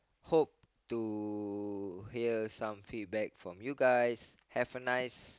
hope to hear some feedback from you guys have a nice